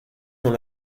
dans